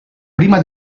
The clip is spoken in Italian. prima